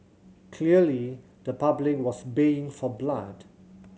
clearly the public was baying for blood